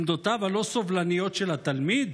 עמדותיו הלא-סובלניות של התלמיד?